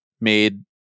made